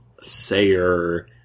Sayer